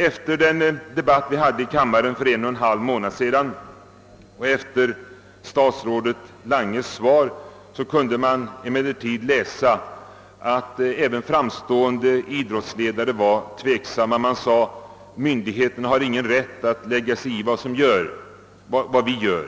Efter den debatt vi hade i kammaren för en och en halv månad sedan och efter statsrådet Langes upplysande svar kunde man emellertid läsa att även framstående idrottsledare var tveksamma. Man sade: Myndigheterna har ingen rätt att lägga sig i vad vi gör.